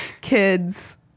Kids